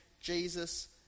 Jesus